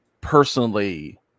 personally